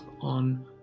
on